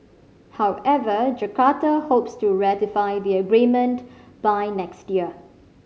however Jakarta hopes to ratify the agreement by next year